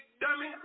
dummy